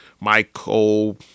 Michael